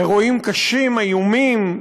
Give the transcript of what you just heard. אירועים קשים, איומים,